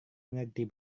mengerti